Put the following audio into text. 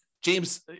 James